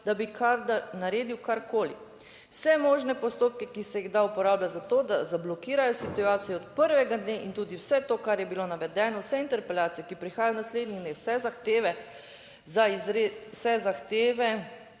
da bi naredil karkoli. Vse možne postopke, ki se jih da uporabljati za to, da zablokirajo situacijo od prvega dne in tudi vse to kar je bilo navedeno, vse interpelacije, ki prihajajo v naslednjih dneh, vse zahteve